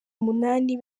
umunani